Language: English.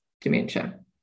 dementia